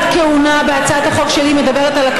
ומבטיחה,